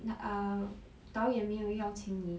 err 导演没有邀请你